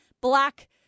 black